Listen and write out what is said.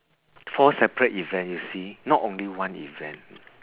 four separate event you see not only one event